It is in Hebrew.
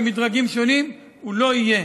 במדרגים שונים הוא לא יהיה.